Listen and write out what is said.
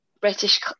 British